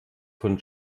von